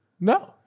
no